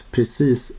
Precis